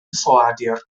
ffoadur